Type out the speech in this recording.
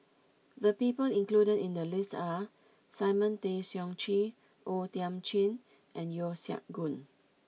the people included in the list are Simon Tay Seong Chee O Thiam Chin and Yeo Siak Goon